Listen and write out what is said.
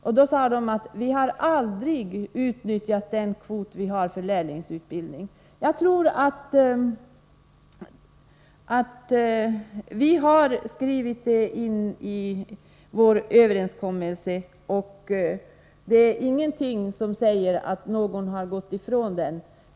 Jag fick svaret att man aldrig har utnyttjat kvoten för lärlingsutbildning. Det finns en skriftlig överenskommelse, och det är ingenting som säger att någon har frångått den.